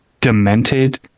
demented